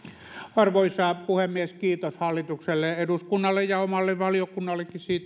arvoisa puhemies kiitos hallitukselle eduskunnalle ja omalle valiokunnallenikin